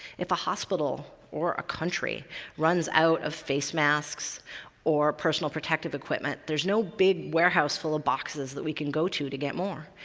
if a hospital or a country runs out of face masks or personal protective equipment, there's no big warehouse full of boxes that we can go to to get more.